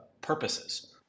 purposes